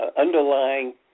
underlying